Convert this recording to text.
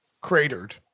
cratered